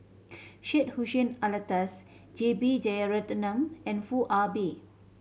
Syed Hussein Alatas J B Jeyaretnam and Foo Ah Bee